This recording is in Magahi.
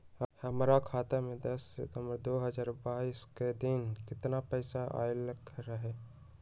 हमरा खाता में दस सितंबर दो हजार बाईस के दिन केतना पैसा अयलक रहे?